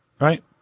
right